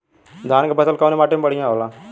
धान क फसल कवने माटी में बढ़ियां होला?